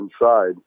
inside